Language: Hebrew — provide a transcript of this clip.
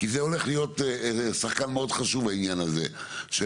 כי זה הולך להיות שחקן מאוד חשוב העניין של הקרן.